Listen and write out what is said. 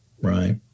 right